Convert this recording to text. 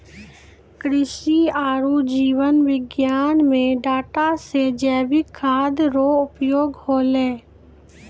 कृषि आरु जीव विज्ञान मे डाटा से जैविक खाद्य रो उपयोग होलै